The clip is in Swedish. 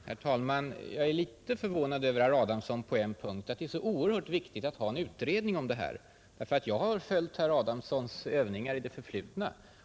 Herr talman! Jag är litet förvånad över herr Adamsson på en punkt, nämligen då han säger att det är så oerhört viktigt att få en utredning om detta. Jag har följt herr Adamssons övningar i det förflutna.